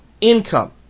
income